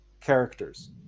characters